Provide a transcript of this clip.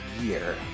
year